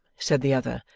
said the other,